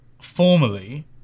formally